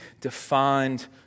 defined